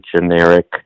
generic